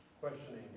questioning